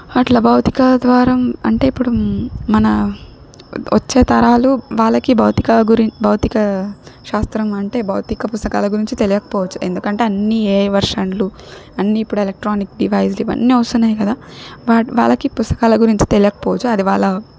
అట్లా భౌతిక ద్వారం అంటే ఇప్పుడు మన వచ్చే తరాలు వాళ్ళకి భౌతిక గురిం భౌతిక శాస్త్రం అంటే భౌతిక పుస్తకాల గురించి తెలియకపోవచ్చు ఎందుకంటే అన్నీ ఏఐ వర్షన్లు అన్నీ ఇప్పుడు ఎలక్ట్రానిక్ డివైస్లు ఇవన్నీ వస్తున్నాయి గదా వాటి వాళ్ళకి పుస్తకాల గురించి తెలియకపోవచ్చు అది వాళ్ళ